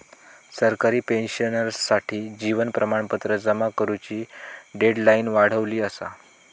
सरकारी पेंशनर्ससाठी जीवन प्रमाणपत्र जमा करुची डेडलाईन वाढवली असा